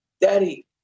Daddy